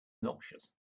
noxious